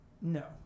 No